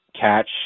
catch